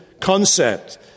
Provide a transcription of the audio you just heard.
concept